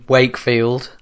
Wakefield